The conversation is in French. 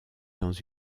dans